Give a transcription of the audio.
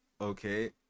okay